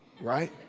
right